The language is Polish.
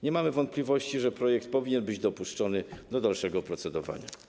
Nie mamy wątpliwości, że projekt powinien być dopuszczony do dalszego procedowania.